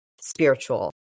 spiritual